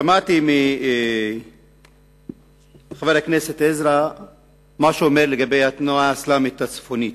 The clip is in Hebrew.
שמעתי את מה שאמר חבר הכנסת עזרא לגבי התנועה האסלאמית הצפונית,